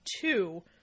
two